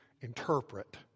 interpret